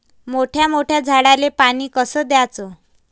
मोठ्या मोठ्या झाडांले पानी कस द्याचं?